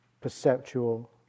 perceptual